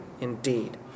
indeed